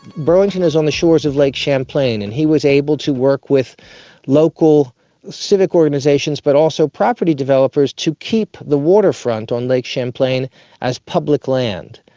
burlington is on the shores of lake champlain, and he was able to work with local civic organisations but also property developers to keep the waterfront on lake champlain as public land.